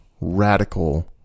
radical